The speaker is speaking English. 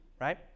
right